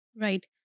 Right